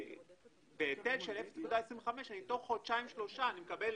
בהיטל של 0.25 אני תוך חודשיים, שלושה מקבל